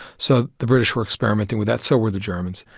so the british were experimenting with that. so were the germans.